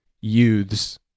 youths